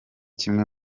kimwe